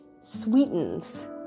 sweetens